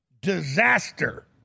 disaster